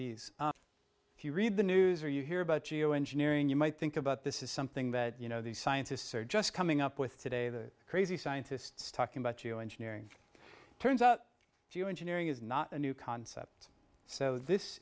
these if you read the news or you hear about geo engineering you might think about this is something that you know these scientists are just coming up with today the crazy scientists talking about geoengineering turns out geo engineering is not a new concept so this